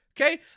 okay